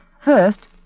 first